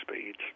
speeds